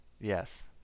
yes